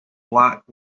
black